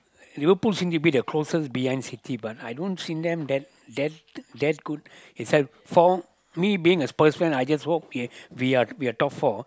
Liverpool seems a bit closer to B M City but I don't see them that that that good besides for me being a best friend I just hope we are we are top four